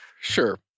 Sure